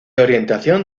orientación